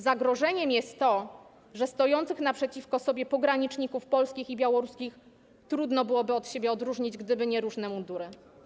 Zagrożeniem jest to, że stojących naprzeciwko sobie pograniczników polskich i białoruskich trudno byłoby od siebie odróżnić, gdyby nie różne mundury.